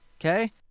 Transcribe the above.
Okay